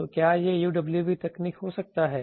तो क्या यह UWB तकनीक हो सकता है